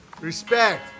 Respect